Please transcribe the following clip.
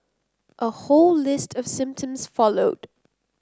a whole list of symptoms followed